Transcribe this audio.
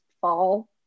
fall